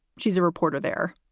she's a reporter there.